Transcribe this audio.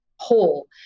whole